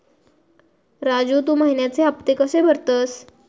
राजू, तू महिन्याचे हफ्ते कशे भरतंस?